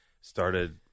started